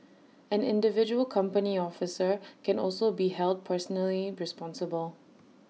an individual company officer can also be held personally responsible